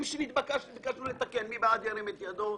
מי נגד?